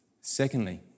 Secondly